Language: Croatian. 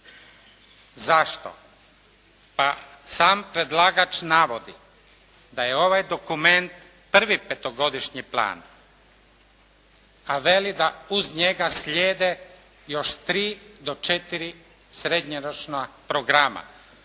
Zašto? Pa sam predlagač navodi da je ovaj dokument prvi petogodišnji plan, a veli da uz njega slijede još tri do četiri srednje ročna programa.